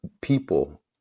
people